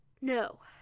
no